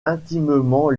intimement